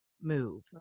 move